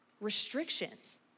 restrictions